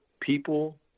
people